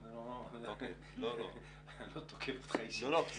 אני לא תוקף אותך אישית.